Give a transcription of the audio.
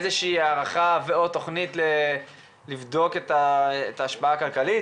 הערכה או תכנית לבדוק את ההשפעה הכלכלית?